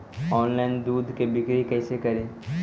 Online दुध के बिक्री कैसे करि?